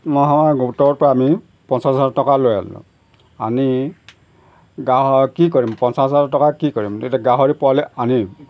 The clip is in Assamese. নহয় গোটৰ পৰা আমি পঞ্চাছ হাজাৰ টকা লৈ আনিলোঁ আনি গাহ কি কৰিম পঞ্চাছ হাজাৰ টকা কি কৰিম তেতিয়া গাহৰি পোৱালি আনি